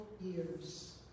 years